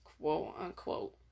quote-unquote